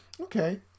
Okay